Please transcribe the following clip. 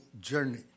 journey